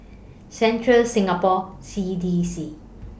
Central Singapore C D C